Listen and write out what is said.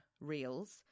reels